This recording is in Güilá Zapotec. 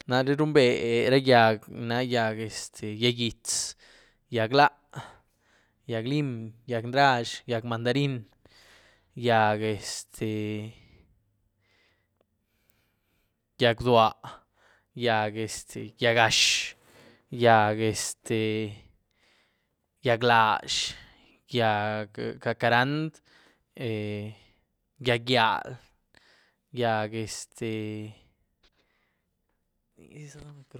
Naré rumbé ra gyiag, ni na gyiag este gyiag gítz, gyiag laá, gyiag lim, gyiag nrazh, gyiag mandarín, gyiag este gyiag bduá, gyiag este gyiag gash, gyiag este gyiag lax, gyiag jacarand, gyiag gyíial, gyiag este.